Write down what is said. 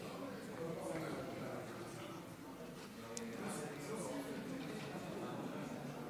אם כן, חבר הכנסת שקלים, האם תיבת הקלפי ריקה?